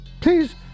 please